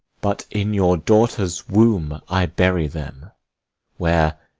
but in your daughter's womb i bury them where,